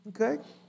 Okay